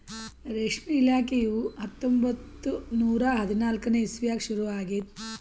ರೇಷ್ಮೆ ಇಲಾಖೆಯು ಹತ್ತೊಂಬತ್ತು ನೂರಾ ಹದಿನಾಲ್ಕನೇ ಇಸ್ವಿದಾಗ ಶುರು ಆಗ್ಯದ್